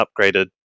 upgraded